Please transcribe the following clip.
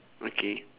okay